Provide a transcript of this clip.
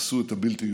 עשו את הבלתי-ייאמן.